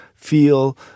feel